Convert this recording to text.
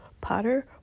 Potter